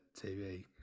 TV